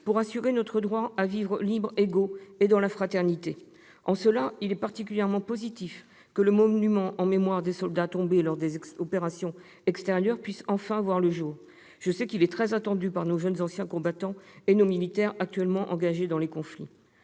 pour assurer leur droit à vivre libres, égaux et dans la fraternité. De ce point de vue, il est particulièrement positif que le monument à la mémoire des soldats tombés en opérations extérieures puisse enfin voir le jour. Je sais qu'il est très attendu par nos jeunes anciens combattants et nos militaires actuellement engagés dans les conflits.